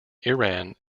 iran